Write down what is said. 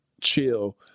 chill